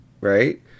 right